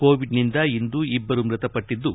ಕೋವಿಡ್ನಿಂದ ಇಂದು ಇಬ್ಬರು ಮೃತಪಟ್ಟಿದ್ದು